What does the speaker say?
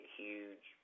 huge